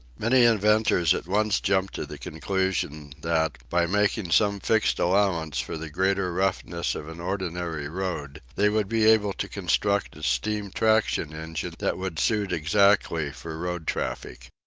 many inventors at once jumped to the conclusion that, by making some fixed allowance for the greater roughness of an ordinary road, they would be able to construct a steam-traction engine that would suit exactly for road traffic.